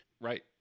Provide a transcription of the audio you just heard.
Right